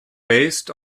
based